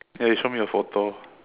then he show me the photo